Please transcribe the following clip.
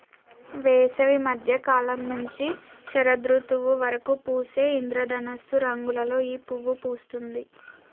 వేసవి మద్య కాలం నుంచి శరదృతువు వరకు పూసే ఇంద్రధనస్సు రంగులలో ఈ పువ్వు పూస్తుంది